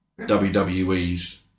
WWE's